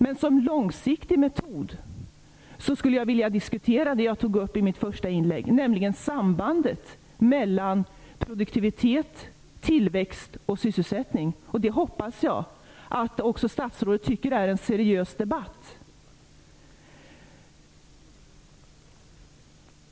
Men som långsiktig metod skulle jag vilja diskutera det jag tog upp i mitt första inlägg, nämligen sambandet mellan produktivitet, tillväxt och sysselsättning. Det hoppas jag att också statsrådet tycker är en seriös debatt.